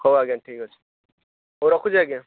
ହଉ ଆଜ୍ଞା ଠିକ୍ ଅଛି ହଉ ରଖୁଛି ଆଜ୍ଞା